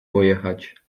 pojechać